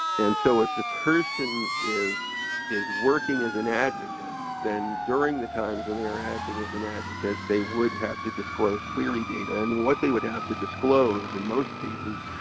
and so if the person is is working as an advocate, then during the times when they are acting as an advocate, they would have to disclose clery data. and what they would have to disclose in most cases,